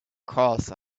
course